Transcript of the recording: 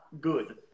good